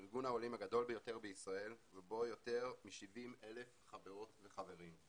הוא ארגון העולים הגדול ביותר בישראל ובו יותר מ-70,000 חברות וחברים.